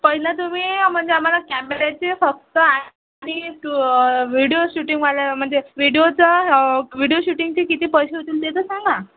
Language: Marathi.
पहिले तुम्ही म्हणजे आम्हाला कॅमेराचे फक्त आणि व्हिडीओ शूटिंगवाले म्हणजे व्हिडिओचा व्हिडीओ शूटिंगचे किती पैसे होतील ते तर सांगा